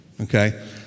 Okay